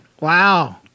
Wow